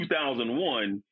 2001